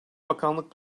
bakanlık